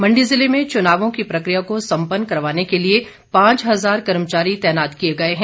मण्डी जिले में चुनावों की प्रकिया को सम्पन्न करवाने के लिए पांच हजार कर्मचारी तैनात किए गए हैं